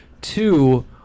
two